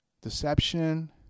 deception